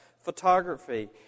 photography